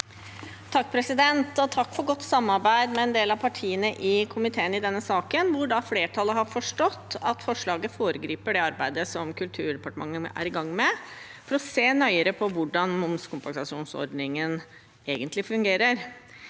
Takk for godt samarbeid med en del av partiene i komiteen i denne saken, hvor flertallet har forstått at forslaget foregriper det arbeidet som Kulturdepartementet er i gang med for å se nøyere på hvordan momskompensasjonsordningen egentlig fungerer.